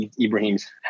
Ibrahim's